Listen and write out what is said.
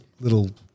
little